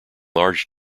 large